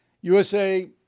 USA